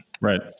Right